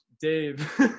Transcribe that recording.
Dave